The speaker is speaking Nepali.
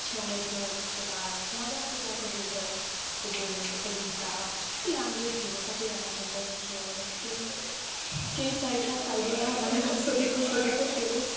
छेउमै थियो त्यसको बाद मजाको त्यहाँको वेटरको बोल्नेको तरिका कति राम्रो थियो सबैजना त्यतै थियो लाइक केही केही चाहिछ चाहिँदैन भनेर सोधेको सोधेको थियो